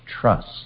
trust